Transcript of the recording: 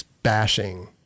Bashing